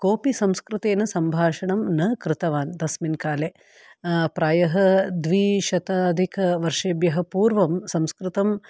कोपि संस्कृतेन सम्भाषणं न कृतवान् तस्मिन् काले प्रायः द्विशताधिकवर्षेभ्य पूर्वं संस्कृतम्